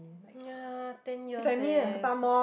ya ten years eh